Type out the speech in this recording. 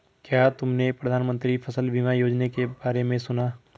क्या तुमने प्रधानमंत्री फसल बीमा योजना के बारे में सुना?